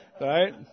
right